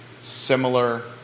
similar